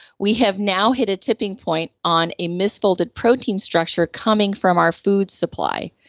we have now hit a tipping point on a misfolded protein structure coming from our food supply.